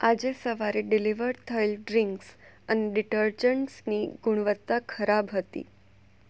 આજે સવારે ડિલિવર થયેલ ડ્રીંક્સ અને ડીટરજંટ્સની ગુણવત્તા ખરાબ હતી